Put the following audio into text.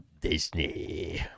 disney